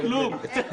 נציגי התנועה הסביבתית,